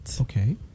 Okay